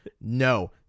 no